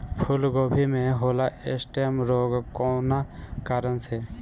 फूलगोभी में होला स्टेम रोग कौना कारण से?